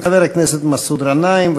חבר הכנסת מסעוד גנאים,